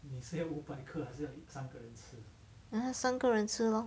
三个人吃 lor